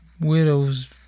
widows